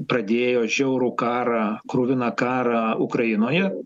pradėjo žiaurų karą kruviną karą ukrainoje